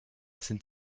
sind